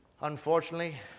unfortunately